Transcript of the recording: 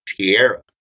Tierra